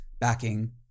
backing